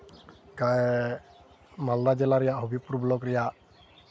ᱢᱟᱞᱫᱟ ᱡᱮᱞᱟ ᱨᱮᱭᱟᱜ ᱦᱚᱵᱤᱵᱽᱯᱩᱨ ᱵᱞᱚᱠ ᱨᱮᱭᱟᱜ